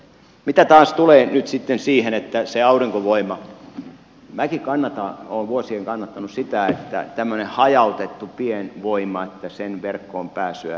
mitä taas tulee sitten aurinkovoimaan minäkin kannatan olen vuosia kannattanut sitä että tämmöisen hajautetun pienvoiman verkkoonpääsyä helpotetaan